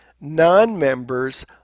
non-members